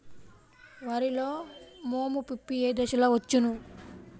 వరిలో మోము పిప్పి ఏ దశలో వచ్చును?